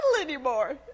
anymore